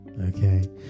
okay